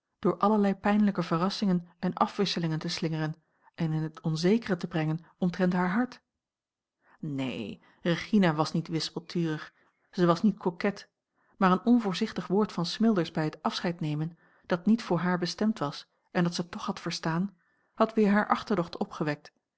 door allerlei pijnlijke verrassingen en afwisselingen te slingeren en in het onzekere te brengen omtrent haar hart neen regina was niet wispelturig zij was niet coquet maar een onvoorzichtig woord van smilders bij het afscheid nemen dat niet voor haar bestemd was en dat zij toch had verstaan had weer haar achterdocht opgewekt